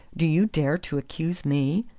do you dare to accuse me?